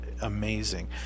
amazing